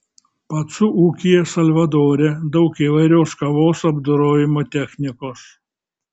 pacų ūkyje salvadore daug įvairios kavos apdorojimo technikos